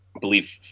believe